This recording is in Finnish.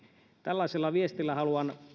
tällaisella viestillä haluan